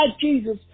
Jesus